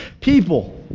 people